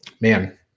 Man